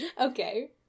Okay